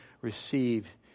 receive